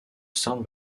san